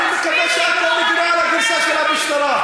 אני מקווה שאת לא מגִנה על הגרסה של המשטרה.